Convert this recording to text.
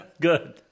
good